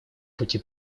пути